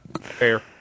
Fair